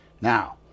now